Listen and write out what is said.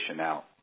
out